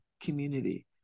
community